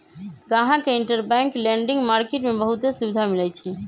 गाहक के interbank lending market में बहुते सुविधा मिलई छई